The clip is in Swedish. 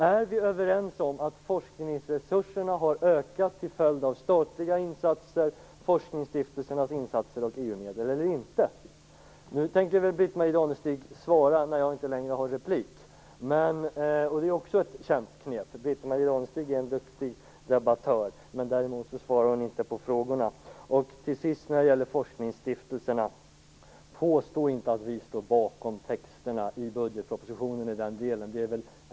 Är vi överens om att forskningsresurserna har ökat till följd av statliga insatser, forskningsstiftelsernas insatser och EU-medel? Nu tänker väl Britt-Marie Danestig-Olofsson svara när jag inte längre har någon replik. Det är också ett känt knep. Hon är en duktig debattör, men hon svarar inte på frågorna. Påstå inte att vi står bakom texterna i budgetpropositionen i delen om forskningsstiftelserna!